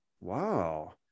Wow